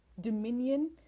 dominion